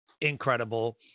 incredible